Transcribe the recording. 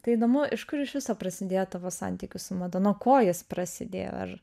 tai įdomu iš kur iš viso prasidėjo tavo santykis su mada nuo ko jis prasidėjo ar